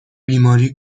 بیماری